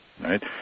right